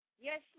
Yes